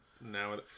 now